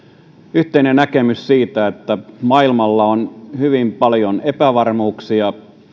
yhteinen näkemys siitä että maailmalla on hyvin paljon epävarmuuksia